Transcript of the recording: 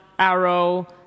Arrow